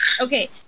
okay